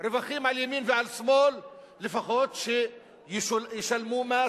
רווחים על ימין ועל שמאל לפחות ישלמו מס,